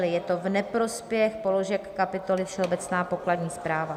Je to v neprospěch položek kapitoly Všeobecná pokladní správa.